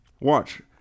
Watch